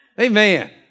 Amen